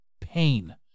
pain